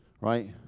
right